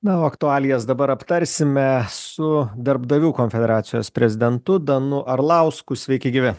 na o aktualijas dabar aptarsime su darbdavių konfederacijos prezidentu danu arlausku sveiki gyvi